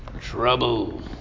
Trouble